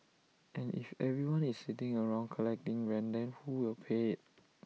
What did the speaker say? and if everyone is sitting around collecting rent then who will pay IT